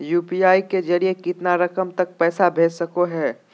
UPI के जरिए कितना रकम तक पैसा भेज सको है?